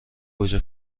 گوجه